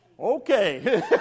Okay